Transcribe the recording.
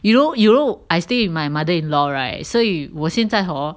you know you know I stay with my mother-in-law right so you 我现在 hor